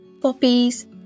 poppies